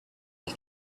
you